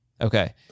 Okay